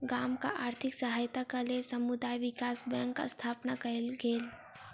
गामक आर्थिक सहायताक लेल समुदाय विकास बैंकक स्थापना कयल गेल